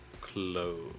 close